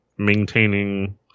maintaining